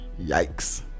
yikes